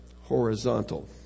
horizontal